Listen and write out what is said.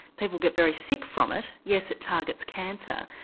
people get very sick from it, yes it targets cancer,